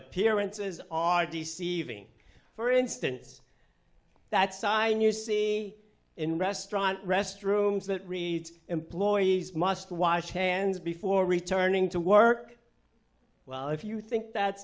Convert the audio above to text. appearances are deceiving for instance that sign you see in restaurant restrooms that reads employees must wash hands before returning to work well if you think that